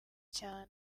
cyane